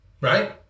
right